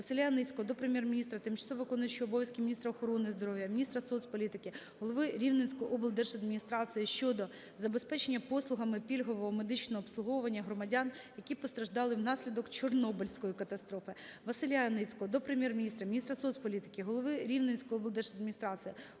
Василя Яніцького до Прем'єр-міністра, тимчасово виконуючої обов'язки міністра охорони здоров'я, міністра соцполітики, голови Рівненської облдержадміністрації щодо забезпечення послугами пільгового медичного обслуговування громадян, які постраждали внаслідок Чорнобильської катастрофи. Василя Яніцького до Прем'єр-міністра, міністра соцполітики, голови Рівненської облдержадміністрації,